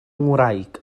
ngwraig